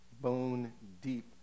bone-deep